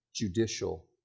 judicial